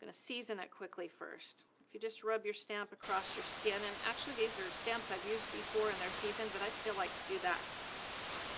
gonna season it quickly first. if you just rub your stamp across your skin and actually these are stamps i've used before, and they're seasoned, but i still like to do that